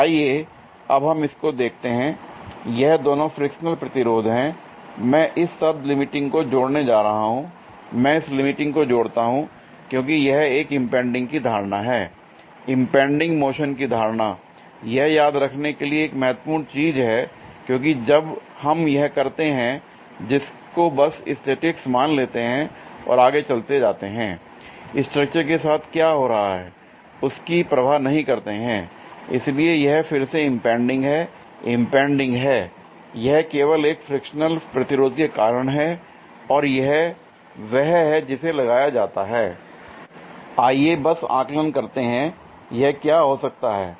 तो आइए अब हम इसको देखते हैंl यह दोनों फ्रिक्शनल प्रतिरोध हैं l मैं इस शब्द लिमिटिंग को जोड़ने जा रहा हूं l मैं इस लिमिटिंग को जोड़ता हूं क्योंकि यह एक इंपैंडिंग की धारणा है इंपैंडिंग मोशन की धारणा l यह याद रखने के लिए एक महत्वपूर्ण चीज है क्योंकि जब हम यह करते हैं जिसको बस स्टैटिक्स मान लेते हैं और आगे चलते जाते हैं स्ट्रक्चर के साथ क्या हो रहा है उसकी परवाह नहीं करते हैं l इसलिए यह फिर से इंपैंडिंग है इंपैंडिंग है यह केवल एक फ्रिक्शनल प्रतिरोध के कारण हैं और यह वह है जिसे लगाया जाता है l आइए बस आकलन करते हैं यह क्या हो सकता है